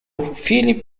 filip